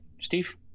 Steve